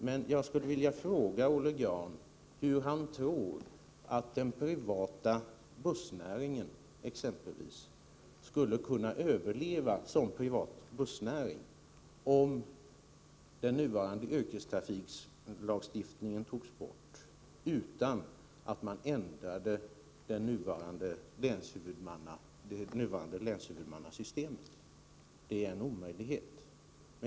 Men jag skulle vilja fråga Olle Grahn hur han tror att exempelvis den privata bussnäringen skulle kunna överleva som privat bussnäring om den nuvarande yrkestrafiklagstiftningen togs bort utan att det nuvarande länshuvudmannasystemet ändrades. Det är en omöjlighet.